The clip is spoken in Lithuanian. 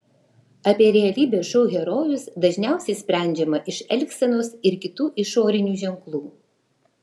apie realybės šou herojus dažniausiai sprendžiama iš elgsenos ir kitų išorinių ženklų